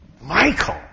Michael